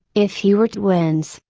if he were twins.